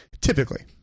Typically